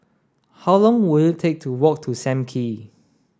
how long will it take to walk to Sam Kee